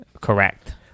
correct